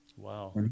Wow